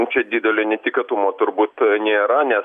čia didelio netikėtumo turbūt nėra nes